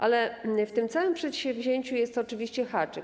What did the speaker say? Ale w tym całym przedsięwzięciu jest oczywiście haczyk.